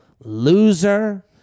loser